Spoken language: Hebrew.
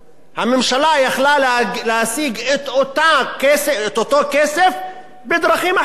הממשלה יכלה להשיג את אותו כסף בדרכים אחרות.